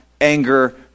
anger